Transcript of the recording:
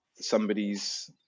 somebody's